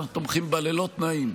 אלא שאנחנו תומכים בה ללא תנאים.